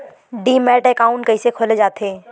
Demat account कइसे खोले जाथे?